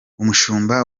umushumba